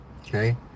Okay